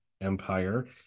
Empire